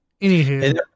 anywho